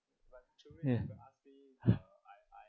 ya